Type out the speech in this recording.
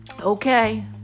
okay